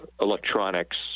electronics